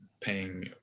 paying